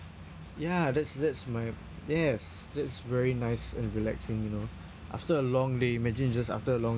ya that's that's my yes that's very nice and relaxing you know after a long day imagine just after a long